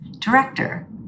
director